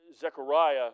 Zechariah